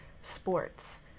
sports